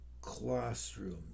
classroom